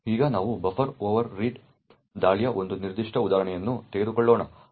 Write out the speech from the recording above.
ಈಗ ನಾವು buffer over read ದಾಳಿಯ ಒಂದು ನಿರ್ದಿಷ್ಟ ಉದಾಹರಣೆಯನ್ನು ತೆಗೆದುಕೊಳ್ಳೋಣ